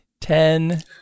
ten